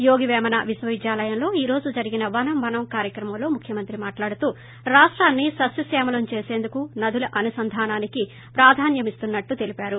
యోగిపేమన విశ్వవిద్యాలయంలో ఈ రోజు జరిగిన వనం మనం కార్యక్రమంలో ముఖ్యమంత్రి మాట్లాడుతూ రాష్టాన్ని సస్యక్యామలం చేసేందుకు నదుల అనుసంధానానికి ప్రాధాన్యమిస్తున్నామని తెలిపారు